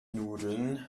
nudeln